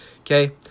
okay